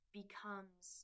becomes